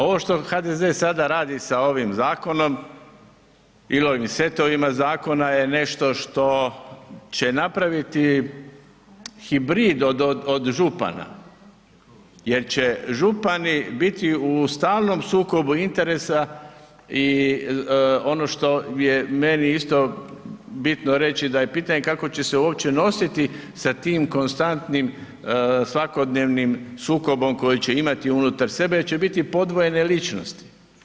Ovo što HDZ sada radi sa ovim zakonom ili ovim setovima zakona je nešto što će napraviti hibrid od župana jer će župani biti u stalnom sukobu interesa i ono što je meni isto bitno reći da je pitanje kako će se uopće nositi sa tim konstantnim svakodnevnim sukobom koji će imati unutar sebe jer će biti podvojene ličnosti.